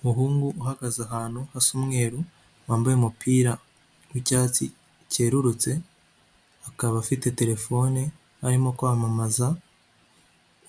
Umuhungu uhagaze ahantu hasa umweru wambaye umupira w’icyatsi cyerurutse akaba afite terefone arimo kwamamaza